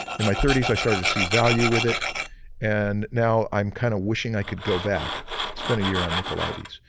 in my thirty s i started to see value with it and now i'm kind of wishing i could go back spend a year on nikolaides.